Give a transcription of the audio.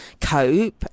cope